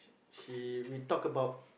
she we talk about